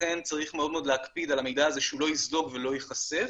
ולכן צריך מאוד להקפיד על המידע הזה שהוא לא יזלוג ולא ייחשף,